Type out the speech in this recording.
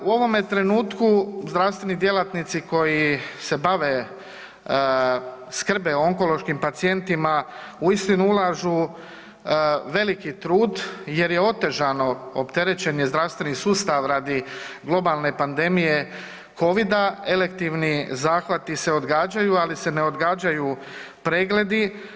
U ovome trenutku zdravstveni djelatnici koji se bave, skrbe o onkološkim pacijentima uistinu ulažu veliki trud jer je otežano, opterećen je zdravstveni sustav radi globalne pandemije covida, elektivni zahtjevi se odgađaju, ali se ne odgađaju pregledi.